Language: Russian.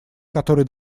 который